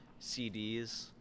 CDs